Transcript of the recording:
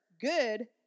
good